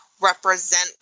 represent